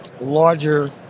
larger